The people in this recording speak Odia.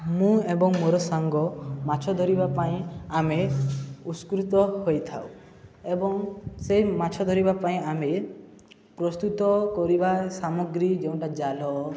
ମୁଁ ଏବଂ ମୋର ସାଙ୍ଗ ମାଛ ଧରିବା ପାଇଁ ଆମେ ଉତ୍ସୁକ ହୋଇଥାଉ ଏବଂ ସେ ମାଛ ଧରିବା ପାଇଁ ଆମେ ପ୍ରସ୍ତୁତ କରିବା ସାମଗ୍ରୀ ଯେଉଁଟା ଜାଲ